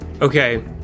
Okay